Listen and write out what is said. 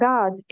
God